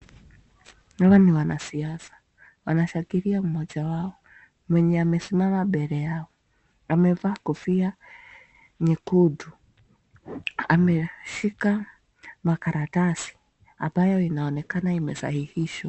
Hawa ni wanasiasa, wanashangilia mmoja wao mwenye amesimama mbele yao, amevaa kofia nyekundu, ameshika makaratasi ambayo inaonekana imesahihishwa.